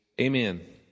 Amen